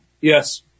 Yes